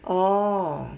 orh